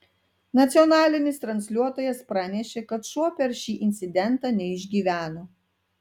nacionalinis transliuotojas pranešė kad šuo per šį incidentą neišgyveno